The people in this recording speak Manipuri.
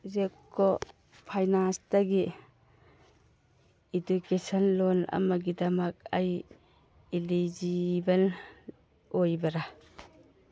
ꯖꯦꯞꯀꯣ ꯐꯥꯏꯅꯥꯟꯁꯇꯒꯤ ꯏꯗꯨꯀꯦꯁꯟ ꯂꯣꯟ ꯑꯃꯒꯤꯗꯃꯛ ꯑꯩ ꯏꯂꯤꯖꯤꯕꯜ ꯑꯣꯏꯕ꯭ꯔꯥ